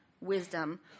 wisdom